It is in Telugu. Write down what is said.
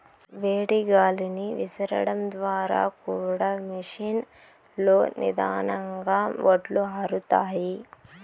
వేడి గాలిని విసరడం ద్వారా కూడా మెషీన్ లో నిదానంగా వడ్లు ఆరుతాయి